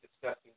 discussing